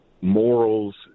morals